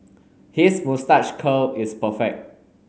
his moustache curl is perfect